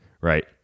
right